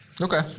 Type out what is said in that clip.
Okay